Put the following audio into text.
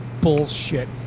bullshit